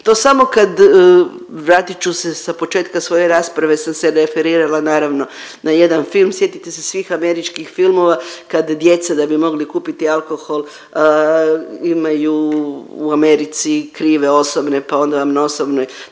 to samo kad vratit ću se sa početka svoje rasprave sam se referirala naravno na jedan film. Sjetite se svih američkih filmova kad djeca da bi mogli kupiti alkohol imaju u Americi krive osobne pa onda vam na osobnoj